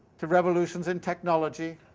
to revolutions in technology,